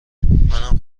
منم